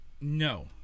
no